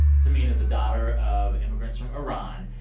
samin is a daughter of immigrants from iran.